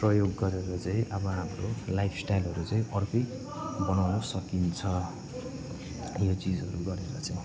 प्रयोग गरेर चाहिँ अब हाम्रो लाइफ स्टाइलहरू चाहिँ अर्कै बनाउन सकिन्छ यो चिजहरू गरेर चाहिँ